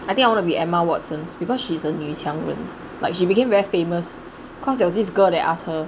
I think I wanna be Emma Watson because she's a 女强人 like she became very famous cause there was this girl that ask her